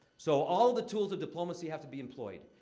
so, all the tools of diplomacy have to be employed.